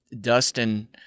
Dustin